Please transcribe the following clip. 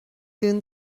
dún